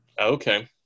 Okay